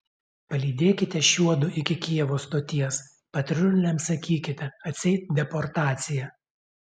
palydėkite šiuodu iki kijevo stoties patruliams sakykite atseit deportacija